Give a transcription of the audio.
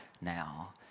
now